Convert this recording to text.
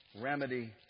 remedy